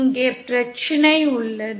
இங்கே பிரச்சினை உள்ளது